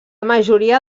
majoria